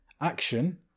action